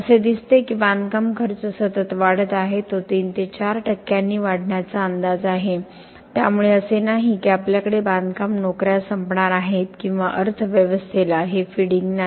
असे दिसते की बांधकाम खर्च सतत वाढत आहे तो 3 ते 4 टक्क्यांनी वाढण्याचा अंदाज आहे त्यामुळे असे नाही की आपल्याकडे बांधकाम नोकऱ्या संपणार आहेत किंवा अर्थव्यवस्थेला हे फीडिंग नाही